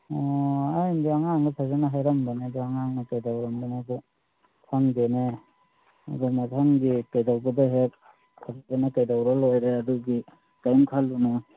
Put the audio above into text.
ꯑꯣ ꯑꯩꯅꯗꯤ ꯑꯉꯥꯡꯗ ꯐꯖꯅ ꯍꯥꯏꯔꯝꯕꯅꯦ ꯑꯗꯨ ꯑꯉꯥꯡꯅ ꯀꯩꯗꯧꯔꯕꯅꯣ ꯃꯥꯁꯨ ꯈꯪꯗꯦꯅꯦ ꯑꯗꯨ ꯃꯊꯪꯒꯤ ꯀꯩꯗꯧꯕꯗ ꯍꯦꯛ ꯐꯖꯅ ꯀꯩꯗꯧꯔꯥ ꯂꯣꯏꯔꯦ ꯑꯗꯨꯒꯤ ꯀꯩꯝ ꯈꯜꯂꯨꯅꯨ